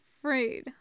afraid